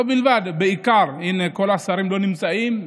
לא בלבד, בעיקר, הינה, כל השרים לא נמצאים.